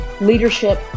leadership